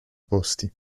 posti